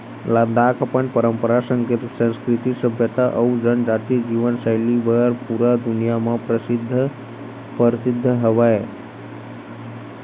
लद्दाख अपन पंरपरा, संस्कृति, सभ्यता अउ जनजाति जीवन सैली बर पूरा दुनिया म परसिद्ध हवय